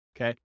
okay